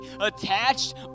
attached